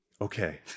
Okay